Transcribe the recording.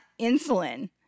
insulin